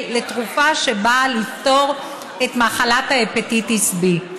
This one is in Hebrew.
לתרופה שבאה לפתור את בעיית מחלת ההפטיטיס B,